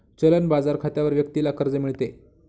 चलन बाजार खात्यावर व्यक्तीला कर्ज मिळते